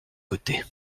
côtés